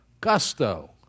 gusto